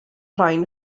rain